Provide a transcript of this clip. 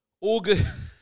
August